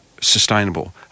sustainable